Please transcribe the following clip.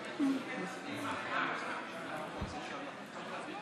מפתיעה בהצבעה בקריאה שלישית